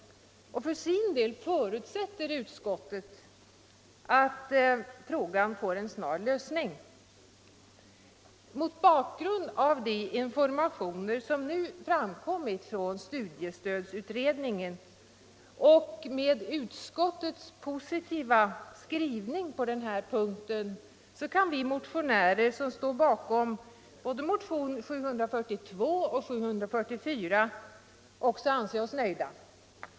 För sin del förutsätter utskottet att frågan får en snar lösning. Mot bakgrund av de informationer som nu framkommit från studiestödsutredningen och med utskottets positiva skrivning på denna punkt kan vi motionärer som står bakom motionerna 742 och 744 anse oss nöjda.